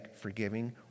forgiving